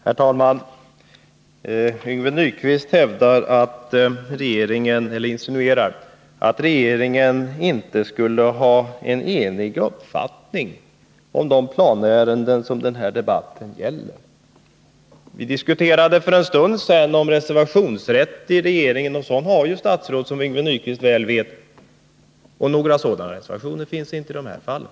Herr talman! Yngve Nyquist insinuerar att regeringen inte skulle ha en enig uppfattning i de planärenden som den här debatten gäller. Vi diskuterade för en stund sedan om reservationsrätten i regeringen — och en sådan har ju statsråden, som Yngve Nyquist väl vet. Men det finns inte några reservationer i de här fallen.